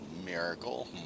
miracle